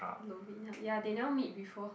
Lovina ya they never meet before